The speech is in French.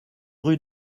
rue